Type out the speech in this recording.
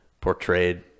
portrayed